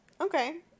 Okay